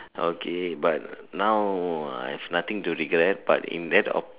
okay but now I have nothing to regret but in that